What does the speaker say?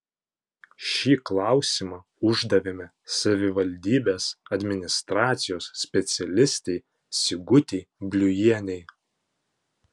šį klausimą uždavėme savivaldybės administracijos specialistei sigutei bliujienei